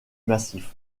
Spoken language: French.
massif